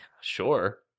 sure